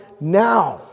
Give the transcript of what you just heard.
now